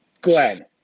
Glenn